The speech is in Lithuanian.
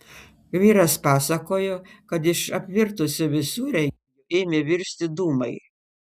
vyras pasakojo kad iš apvirtusio visureigio ėmė virsti dūmai